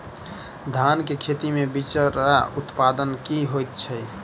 धान केँ खेती मे बिचरा उत्पादन की होइत छी?